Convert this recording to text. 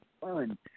fun